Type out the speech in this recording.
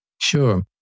Sure